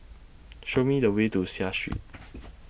Show Me The Way to Seah Street